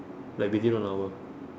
like within one hour